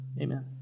Amen